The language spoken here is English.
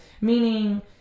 meaning